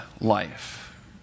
life